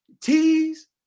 T's